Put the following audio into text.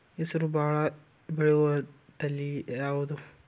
ಹೆಸರು ಭಾಳ ಬೆಳೆಯುವತಳಿ ಯಾವದು?